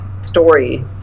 story